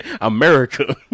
America